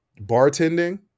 bartending